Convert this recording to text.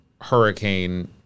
hurricane